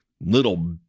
little